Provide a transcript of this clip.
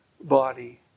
body